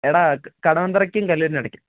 എടാ കടവന്ത്രക്കും കല്ലിനും ഇടയ്ക്ക്